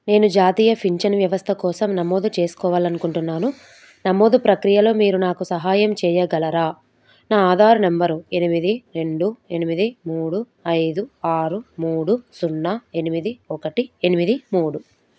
నేను జాతీయ పింఛను వ్యవస్థ కోసం నమోదు చేసుకోవాలి అనుకుంటున్నాను నమోదు ప్రక్రియలో మీరు నాకు సహాయం చేయగలరా నా ఆధార్ నెంబరు ఎనిమిది రెండు ఎనిమిది మూడు ఐదు ఆరు మూడు సున్నా ఎనిమిది ఒకటి ఎనిమిది మూడు